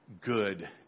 good